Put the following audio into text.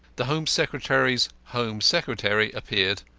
the home secretary's home secretary appeared.